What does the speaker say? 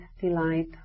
delight